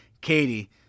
Katie